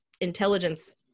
intelligence